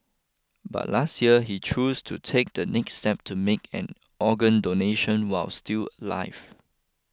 but last year he choose to take the next step to make an organ donation while still live